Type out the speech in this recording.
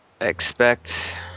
expect